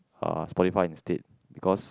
uh Spotify instead because